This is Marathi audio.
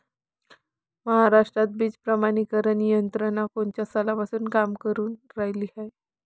महाराष्ट्रात बीज प्रमानीकरण यंत्रना कोनच्या सालापासून काम करुन रायली हाये?